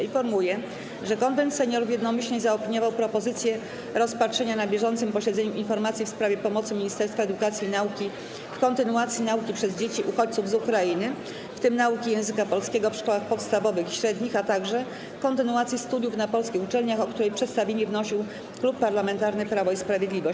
Informuję, że Konwent Seniorów jednomyślnie zaopiniował propozycję rozpatrzenia na bieżącym posiedzeniu informacji w sprawie pomocy Ministerstwa Edukacji i Nauki w kontynuacji nauki przez dzieci uchodźców z Ukrainy, w tym nauki języka polskiego, w szkołach podstawowych i średnich, a także kontynuacji studiów na polskich uczelniach, o której przedstawienie wnosił Klub Parlamentarny Prawo i Sprawiedliwość.